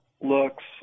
looks